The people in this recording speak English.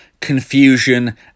confusion